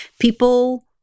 people